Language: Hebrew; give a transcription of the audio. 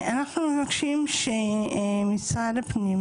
אנחנו מבקשים שמשרד הפנים